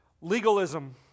legalism